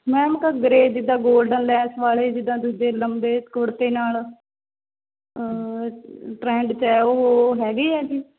ma'am ਘੱਗਰੇ ਜਿੱਦਾ golden lace ਵਾਲੇ ਜਿੱਦਾਂ ਦੂਜੇ ਲੰਬੇ ਕੁੜਤੇ ਨਾਲ ਟਰੈਂਡ 'ਚ ਹੈ ਉਹ ਹੈਗੇ ਹੈ ਜੀ